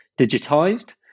digitized